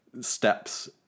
steps